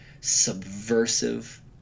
subversive